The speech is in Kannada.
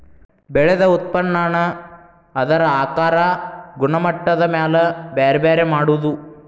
ಬೆಳದ ಉತ್ಪನ್ನಾನ ಅದರ ಆಕಾರಾ ಗುಣಮಟ್ಟದ ಮ್ಯಾಲ ಬ್ಯಾರೆ ಬ್ಯಾರೆ ಮಾಡುದು